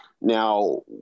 Now